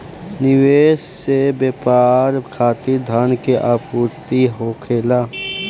निवेश से व्यापार खातिर धन के आपूर्ति होखेला